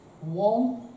one